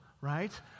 right